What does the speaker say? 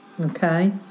Okay